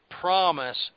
promise